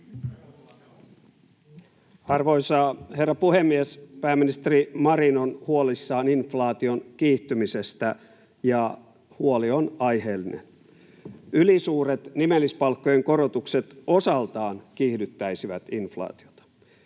Arvoisa herra puhemies! Pääministeri Marin on huolissaan inflaation kiihtymisestä, ja huoli on aiheellinen. Ylisuuret nimellispalkkojen korotukset osaltaan kiihdyttäisivät inflaatiota.